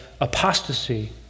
apostasy